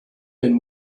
been